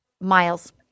Miles